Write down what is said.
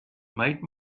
made